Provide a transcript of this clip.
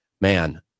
man